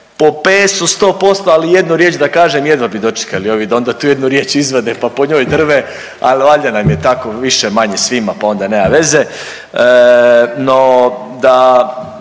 po ps-u 100%, ali jednu riječ da kažem jedva bi dočekali ovi da onda tu jednu riječ izvade pa po njoj drve, ali valjda nam je tako više-manje svima pa onda nema veze. No da